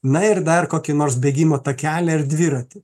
na ir dar kokį nors bėgimo takelį ar dviratį